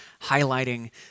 highlighting